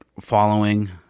following